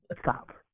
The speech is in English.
stop